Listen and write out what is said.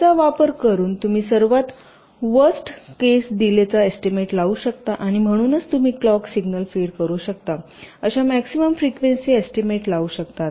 याचा वापर करून तुम्ही सर्वात वर्स्ट केस डीलेचा एस्टीमेट लावू शकता आणि म्हणूनच तुम्ही क्लॉक सिग्नल फीड करू शकता अशा मॅक्सिमम फ्रिक्वेन्सी एस्टीमेट लावू शकता